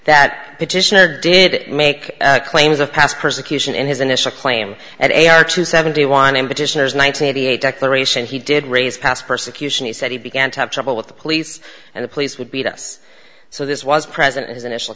that petitioner did make claims of past persecution in his initial claim at a r two seventy one and petitioners ninety eight declaration he did raise past persecution he said he began to have trouble with the police and the police would beat us so this was present his initial